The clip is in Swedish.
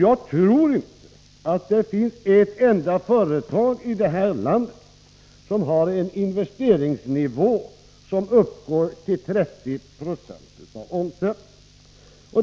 Jag tror inte att det finns ett enda företag till här i landet som har en investeringsnivå som uppgår till 30 96 av omsättningen.